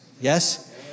Yes